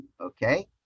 Okay